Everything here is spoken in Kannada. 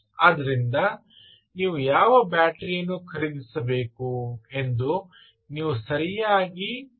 ಆದ್ದರಿಂದ ನೀವು ಯಾವ ಬ್ಯಾಟರಿ ಯನ್ನು ಖರೀದಿಸಬೇಕು ಎಂದು ನೀವು ಸರಿಯಾಗಿ ಪ್ರಯತ್ನಿಸಿರಿ